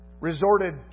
resorted